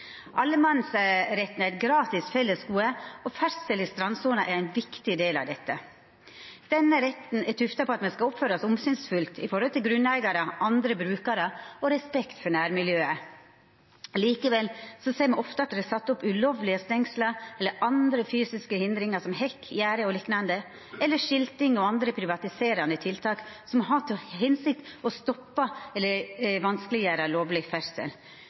Allemannsretten er eit gratis fellesgode, og ferdsel i strandsona er ein viktig del av dette. Denne retten er tufta på at me skal oppføra oss omsynsfullt med tanke på grunneigarar og andre brukarar, og visa respekt for nærmiljøet. Likevel ser me ofte at det er sett opp ulovlege stengsel eller andre fysiske hindringar som hekk, gjerde o.l., eller skilting og andre privatiserande tiltak som har til hensikt å stoppa eller vanskeleggjera lovleg